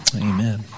Amen